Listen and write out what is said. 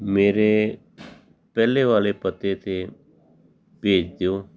ਮੇਰੇ ਪਹਿਲੇ ਵਾਲੇ ਪਤੇ 'ਤੇ ਭੇਜ ਦਿਓ